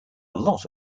lot